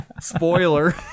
Spoiler